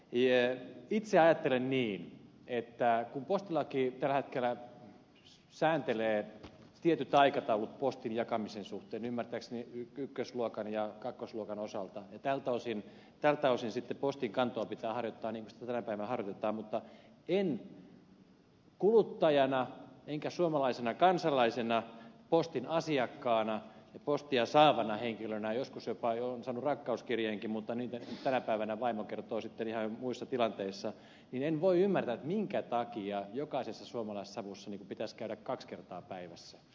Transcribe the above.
itse ajattelen niin että kun postilaki tällä hetkellä sääntelee tietyt aikataulut postin jakamisen suhteen ymmärtääkseni ykkösluokan ja kakkosluokan osalta ja tältä osin sitten postinkantoa pitää harjoittaa niin kuin sitä tänä päivänä harjoitetaan mutta en kuluttajana enkä suomalaisena kansalaisena postin asiakkaana ja postia saavana henkilönä joskus jopa olen saanut rakkauskirjeenkin mutta niitä tänä päivänä vaimo kertoo sitten ihan muissa tilanteissa niin en voi ymmärtää minkä takia jokaisessa suomalaisessa savussa pitäisi käydä kaksi kertaa päivässä